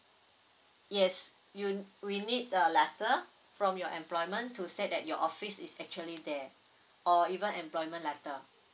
yes you we need a letter from your employment to state that your office is actually there or even employment letter